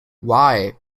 wai